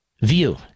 view